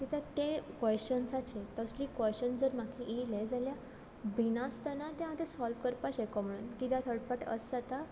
कित्याक ते क्वेश्चन्साचेर तसलीं क्वेश्चन्स जर म्हाक येलें जाल्यार भिनासतना हांव तें सोल्व करपाक शको म्हुणोन कित्या थोड पाटी अशें जाता